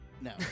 No